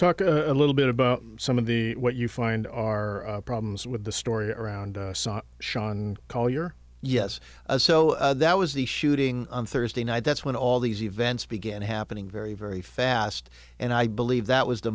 talk a little bit about some of the what you find are problems with the story around sean collier yes so that was the shooting on thursday night that's when all these events began happening very very fast and i believe that was the